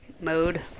Mode